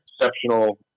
exceptional